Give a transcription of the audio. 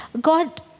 God